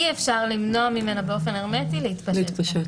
אי אפשר למנוע ממנה באופן הרמטי להתפשט.